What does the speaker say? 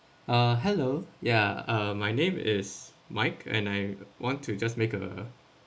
uh hello ya uh my name is mike and I want to just make a